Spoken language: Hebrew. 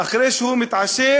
אחרי שהוא מתעשת,